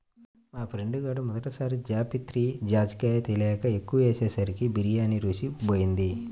మా ఫ్రెండు గాడు మొదటి సారి జాపత్రి, జాజికాయ తెలియక ఎక్కువ ఏసేసరికి బిర్యానీ రుచే బోయింది